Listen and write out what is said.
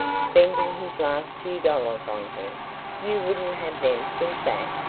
spending his last few dollars on her you wouldn't have them think that?